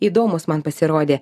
įdomūs man pasirodė